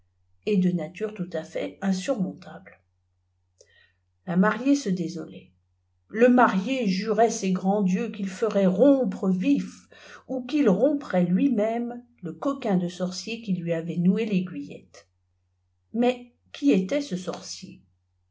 et de nature tout à fait insurmontable la mariée se désolait le marié jurait ses grands dieux qu'il ferait rompre vif ou qu'il romprait lui-même le coquin de sorcier qui lui avait tioué l'aiguillette mais qui était-ce sorcier